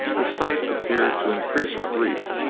the sight appeared to increase her grief,